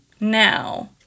Now